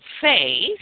faith